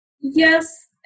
Yes